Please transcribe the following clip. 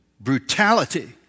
brutality